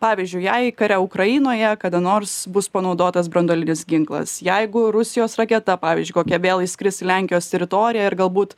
pavyzdžiui jei kare ukrainoje kada nors bus panaudotas branduolinis ginklas jeigu rusijos raketa pavyzdžiui kokia vėl įskris į lenkijos teritoriją ir galbūt